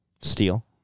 Steel